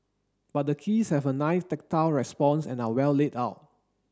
but the keys have a nice tactile response and are well laid out